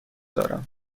دارم